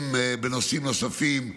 אם בנושאים נוספים.